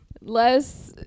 less